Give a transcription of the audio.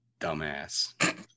dumbass